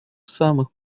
самых